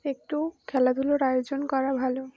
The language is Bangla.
একটু খেলাধুলোর আয়োজন করা ভালো